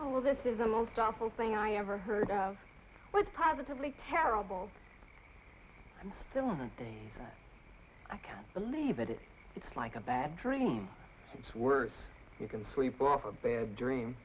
oh well this is the most awful thing i ever heard was positively terrible i'm still in the days and i can't believe it it's like a bad dream it's worse you can sleep off a bad dream